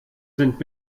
sind